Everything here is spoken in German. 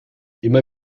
immer